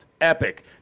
Epic